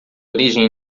origem